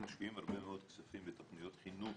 משקיעים הרבה מאוד כספים בתוכניות חינוך